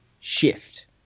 shift